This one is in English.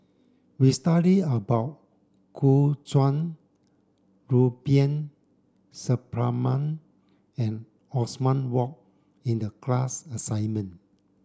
we study about Gu Juan Rubiah Suparman and Othman Wok in the class assignment